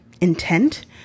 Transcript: intent